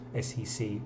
sec